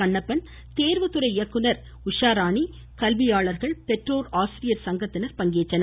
கண்ணப்பன் தேர்வுத்துறை இயக்குனர் உஷாராணி கல்வியாளர்கள் பெற்றோர் ஆசிரியர் சங்கத்தினர் பங்கேற்றனர்